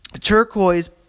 turquoise